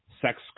sex